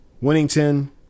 Winnington